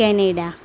Canada